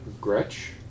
Gretch